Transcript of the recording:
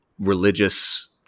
religious